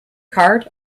card